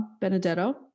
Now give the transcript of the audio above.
Benedetto